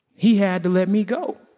he had to let me go.